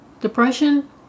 Depression